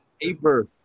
paper